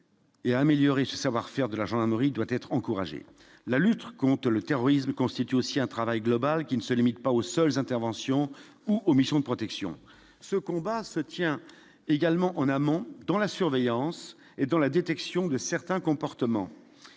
et améliorer ce savoir-faire, de la gendarmerie doit être encouragé la lutte contre le terrorisme constitue aussi un travail global qui ne se limite pas aux seules interventions ou omission de protection ce combat se tient également en amont dans la surveillance et dans la détection de certains comportements,